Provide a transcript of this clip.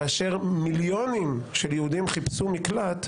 כאשר מיליונים של יהודים חיפשו מקלט,